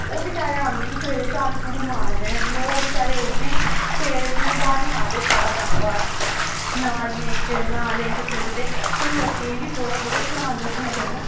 ओह् बेचारे आंदे न सवेरे झाड़ू झाड़ू मारदे न लोक बेचारे उठदे न सवेरे जियां ब्हारी मारदे सारा गंद बर नालियें च नालें च सुट्टदे ते लोकें गी बी थोह्ड़ा बोह्त ध्यान रक्खना चाहिदा